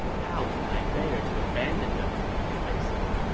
how can i bear to abandon them? liu bei said